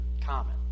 common